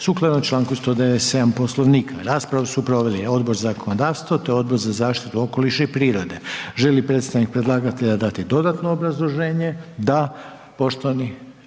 sukladno članku 197. Poslovnika. Raspravu su proveli Odbor za zakonodavstvo te Odbor za prostorno uređenje i graditeljstvo. Želi li predstavnik predlagatelja dati dodatno obrazloženje? Da. Poštovani